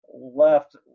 left